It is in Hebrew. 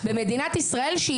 במדינת ישראל,